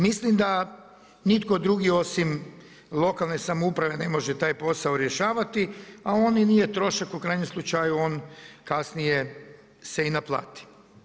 Mislim da nitko drugi osim lokalne samouprave ne može taj posao rješava, a on i nije trošak u krajnjem slučaju on kasnije se i naplati.